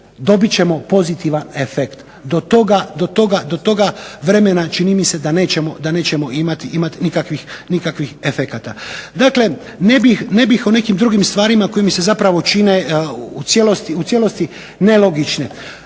dobit ćemo pozitivan efekt, do toga vremena čini mi se da nećemo imati nikakvih efekata. Dakle ne bih o nekim drugim stvarima koje mi se zapravo čine u cijelosti nelogične.